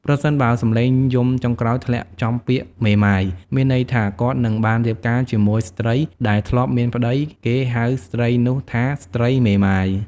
ប្រសិនបើសំឡេងយំចុងក្រោយធ្លាក់ចំពាក្យ "មេម៉ាយ" មានន័យថាគាត់នឹងបានរៀបការជាមួយស្ត្រីដែលធ្លាប់មានប្ដី គេហៅស្រ្តីនោះថាស្ត្រីមេម៉ាយ ។